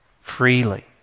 Freely